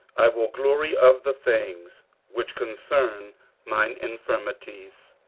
i will glory of the things which concern mine infirmities.